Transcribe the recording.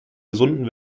gesunden